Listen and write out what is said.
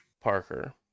Parker